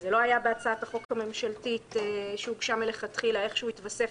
זה לא היה בהצעת החוק הממשלתית שהוגשה מלכתחילה ואיכשהו התווסף